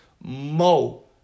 mo